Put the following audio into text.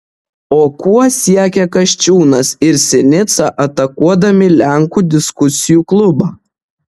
o kuo siekia kasčiūnas ir sinica atakuodami lenkų diskusijų klubą